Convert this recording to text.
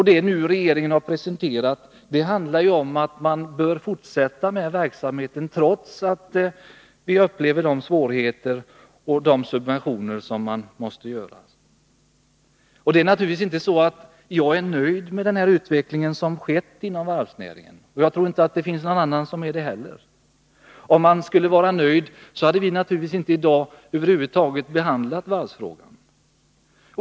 Det förslag som regeringen nu har presenterat handlar om att verksamheten bör fortsätta, trots de svårigheter vi upplever och med de subventioner som måste ges. Jag är naturligtvis inte nöjd med den utveckling som skett inom varvsnäringen, och jag tror inte att någon annan är det heller. Om vi vore nöjda, hade riksdagen över huvud taget inte behandlat varvsfrågan i dag.